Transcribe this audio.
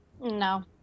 No